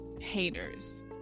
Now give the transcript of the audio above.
haters